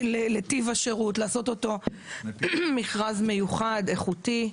לטיב השירות; לעשות אותו מכרז מיוחד ואיכותי.